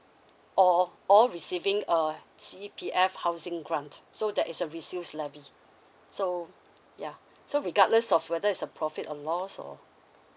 or all receiving uh C_P_F housing grant so that is a resale levy so yeah so regardless of whether is a profit or loss or